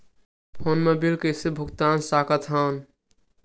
Phone मा bill कइसे भुक्तान साकत हन?